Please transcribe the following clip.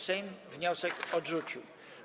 Sejm wniosek odrzucił.